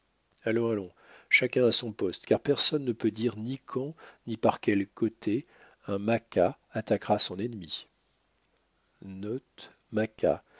allons allons chacun à son poste car personne ne peut dire ni quand ni par quel côté un ma attaquera son ennemi